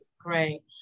Great